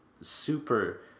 super